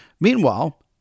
Meanwhile